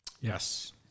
Yes